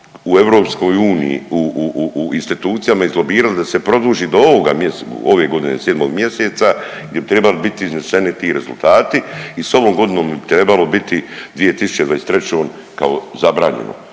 u EU u institucijama izlobirali da se produži do ovoga .../nerazumljivo/... ove godine 7. mjeseca jer bi trebali biti izneseni ti rezultati i s ovom godinom bi trebalo biti 2023. kao zabranjeno.